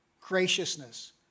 graciousness